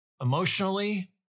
emotionally